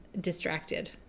distracted